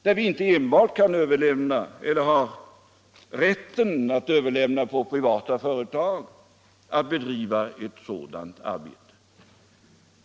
Vi kan inte eller har inte rätt att helt överlämna till privata företag att bedriva sådant arbete.